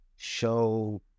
show